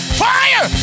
fire